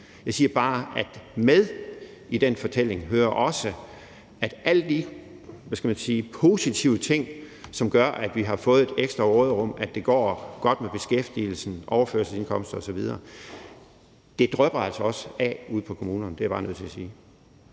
Jeg siger bare, at med til den fortælling hører også, at alle de, hvad skal man sige, positive ting, som gør, at vi har fået et ekstra råderum, og at det går godt med beskæftigelsen, overførselsindkomster osv., altså også drypper på kommunerne. Det er jeg bare nødt til at sige.